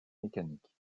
mécanique